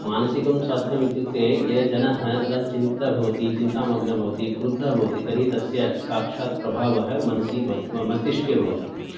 मानसिकं स्वास्थ्यम् इत्युक्ते ये जनः कदाचित् चिन्तितः भवति चिन्तामग्नः भवति क्रुद्धः भवति तर्हि तस्य साक्षात् प्रभावः मनसि भवति मस्तिष्के भवति